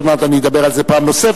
עוד מעט אדבר על זה פעם נוספת,